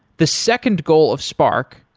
the second goal of spark,